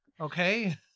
okay